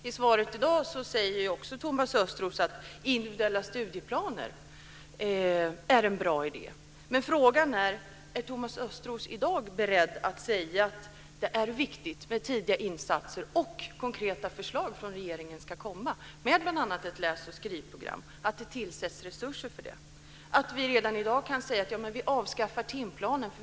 I dagens svar säger Thomas Östros att individuella studieplaner är en bra idé. Men frågan är om Thomas Östros i dag är beredd att säga att det är viktigt att det kommer tidiga insatser och konkreta förslag från regeringen när det bl.a. gäller ett läs och skrivprogram och att man måste tillföra resurser för det. Kan vi redan i dag säga att vi ska avskaffa timplanen?